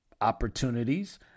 opportunities